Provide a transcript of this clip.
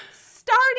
starting